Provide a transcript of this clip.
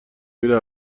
میره